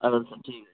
اَدٕ حظ سَر ٹھیٖک